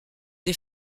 des